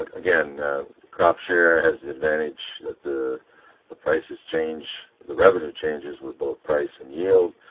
like again crop share has the advantage that the the prices change, the revenue changes with both price and yield,